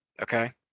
okay